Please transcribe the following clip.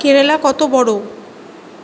কেরালা কত বড়